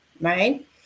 right